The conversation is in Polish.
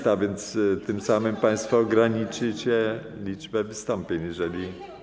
Tym samym państwo ograniczycie liczbę wystąpień, jeżeli.